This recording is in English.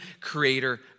creator